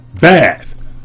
bath